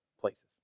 places